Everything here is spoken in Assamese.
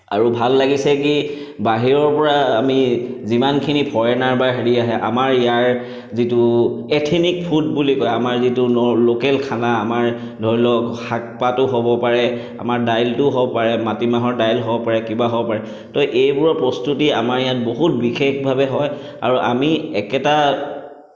আৰু ভাল লাগিছে কি বাহিৰৰ পৰা আমি যিমানখিনি ফৰেইনাৰ বা হেৰি আহে আমাৰ ইয়াৰ যিটো এথেনিক ফুড বুলি কয় আমাৰ যিটো ন লোকেল খানা আমাৰ ধৰি লওক শাক পাতো হ'ব পাৰে আমাৰ দাইলটোও হ'ব পাৰে মাটি মাহৰ দাইল হ'ব পাৰে কিবা হ'ব পাৰে তো এইবোৰৰ প্ৰস্তুতি আমাৰ ইয়াত বহুত বিশেষভাৱে হয় আৰু আমি একেটা